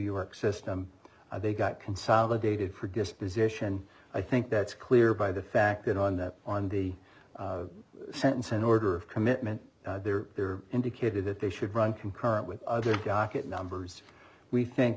york system they got consolidated for disposition i think that's clear by the fact that on the on the sentencing order of commitment there indicated that they should run concurrent with other docket numbers we think